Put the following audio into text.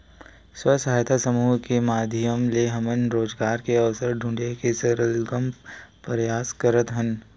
स्व सहायता समूह के माधियम ले हमन रोजगार के अवसर ढूंढे के सरलग परयास करत हन